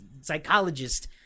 psychologist